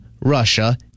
russia